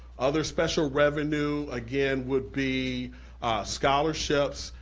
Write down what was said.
other special revenue again would be scholarships,